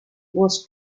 was